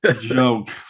joke